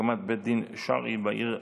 הקמת בית דין שרעי בעיר רהט.